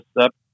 up